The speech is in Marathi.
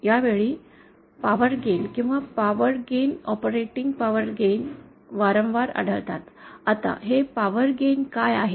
यावेळी पॉवर गेन किंवा ऑपरेटिंग पॉवर गेन वारंवार आढळतात आता हे पॉवर गेन काय आहे